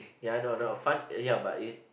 ya I know I know fun ya but it